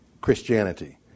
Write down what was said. Christianity